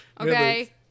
Okay